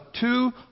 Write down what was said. two